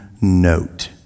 note